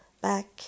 back